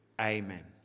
amen